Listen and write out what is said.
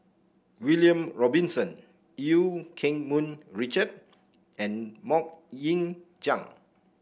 William Robinson Eu Keng Mun Richard and MoK Ying Jang